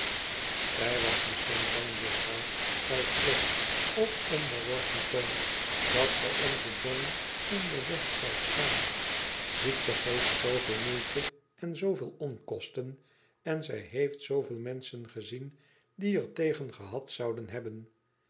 zij was misschien bang juffirouw zei slop op onderworpen toon dat zij onzen johnny in den weg zou staan ziekte geeft zooveel moeite en zooveel onkosten en zij heeft zooveel menschen gezien die er tegen gehad zouden hebben